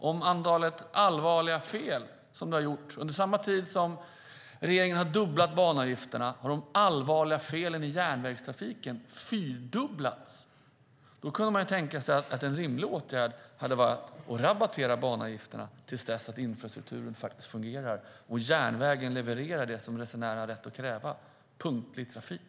Om antalet allvarliga fel i järnvägstrafiken fyrdubblats under samma tid som regeringen har fördubblat banavgifterna, kunde man tänka sig att en rimlig åtgärd hade varit att rabattera banavgifterna tills infrastrukturen fungerar och järnvägen levererar det som resenärerna har rätt att kräva, punktlig trafik.